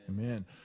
Amen